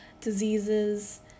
diseases